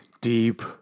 Deep